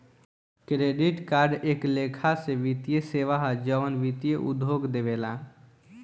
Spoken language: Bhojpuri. क्रेडिट कार्ड एक लेखा से वित्तीय सेवा ह जवन वित्तीय उद्योग देवेला